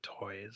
toys